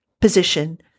position